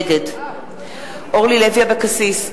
נגד אורלי לוי אבקסיס,